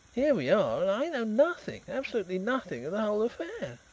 here we are are and i know nothing, absolutely nothing, of the whole affair.